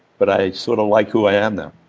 but i sort of like who i am now,